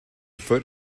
foot